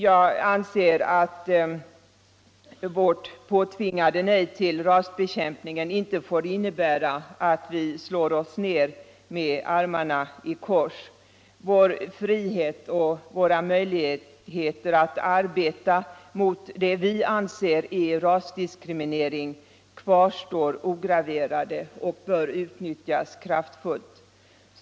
Jag anser att vårt påtvingade nej till rasbekämpningen inte får innebära att vi slår oss ner med armarna i kors. Vår frihet och våra möjligheter att arbeta mot det vi anser är rasdiskriminering kvarstår ograverade och bör utnyttjas kraftfullt.